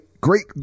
Great